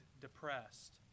depressed